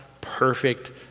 perfect